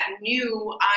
new